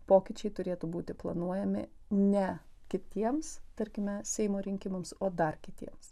pokyčiai turėtų būti planuojami ne kitiems tarkime seimo rinkimams o dar kitiems